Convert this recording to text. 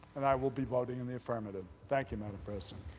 and i will be voting in the affirmative. thank you, madam president.